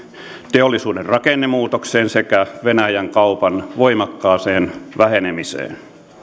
teollisuuden rakennemuutokseen sekä venäjän kaupan voimakkaaseen vähenemiseen